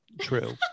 True